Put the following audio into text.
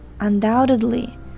undoubtedly